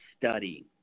study